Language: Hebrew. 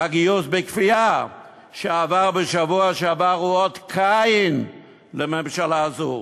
הגיוס בכפייה שעבר בשבוע שעבר הוא אות קין לממשלה זו.